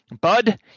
Bud